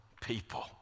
people